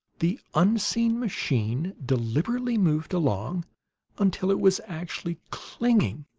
the unseen machine deliberately moved along until it was actually clinging,